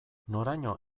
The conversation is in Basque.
noraino